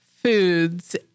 Foods